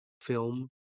film